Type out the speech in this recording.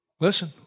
listen